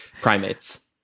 primates